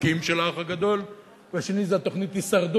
חוקים של "האח הגדול" והשני זה התוכנית "הישרדות",